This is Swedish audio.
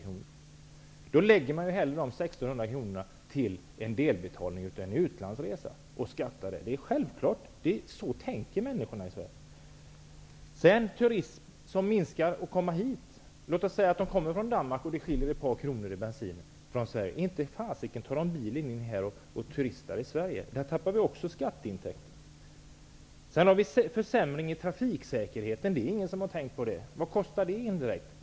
Den familjen lägger hellre dessa 1 600 kr. som en delbetalning för en utlandsresa och skattar för det. Det är självklart. Så tänker människorna i Sverige. Antalet turister som kommer till Sverige minskar. En familj från Danmark tar inte bilen och turistar i Sverige om det skiljer ett par kronor i bensinpris. Där tappar vi också skatteintäkter. Trafiksäkerheten kommer att försämras -- det har ingen tänkt på. Vad kostar det indirekt?